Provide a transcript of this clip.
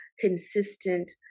consistent